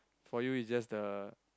for you it's just the